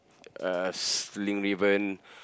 uh sling ribbon